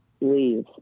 leave